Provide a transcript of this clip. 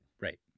right